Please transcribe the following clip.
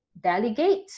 delegate